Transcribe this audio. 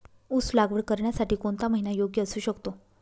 ऊस लागवड करण्यासाठी कोणता महिना योग्य असू शकतो?